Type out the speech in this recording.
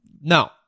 no